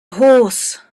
horse